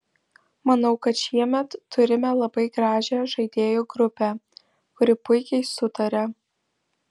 manau kad šiemet turime labai gražią žaidėjų grupę kuri puikiai sutaria